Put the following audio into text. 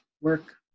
work